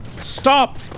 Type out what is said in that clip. Stop